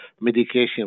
medication